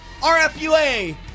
RFUA